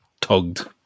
tugged